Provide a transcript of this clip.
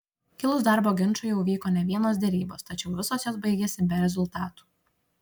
kilus darbo ginčui jau vyko ne vienos derybos tačiau visos jos baigėsi be rezultatų